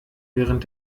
während